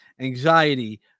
anxiety